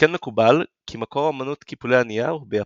על-כן מקובל כי מקור אמנות קיפולי הנייר הוא ביפן.